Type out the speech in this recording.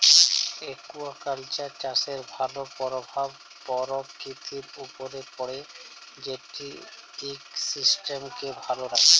aquaculture চাষের ভালো পরভাব পরকিতির উপরে পড়ে যেট ইকসিস্টেমকে ভালো রাখ্যে